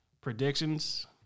predictions